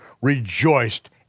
rejoiced